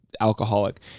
alcoholic